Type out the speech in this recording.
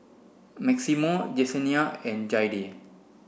Maximo Jessenia and Jayde